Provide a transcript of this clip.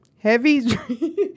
Heavy